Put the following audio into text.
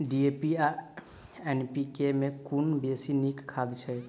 DAP आ NPK मे कुन बेसी नीक खाद छैक?